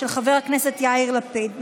של חבר הכנסת יאיר לפיד.